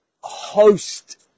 host